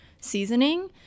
seasoning